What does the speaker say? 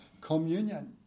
communion